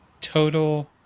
total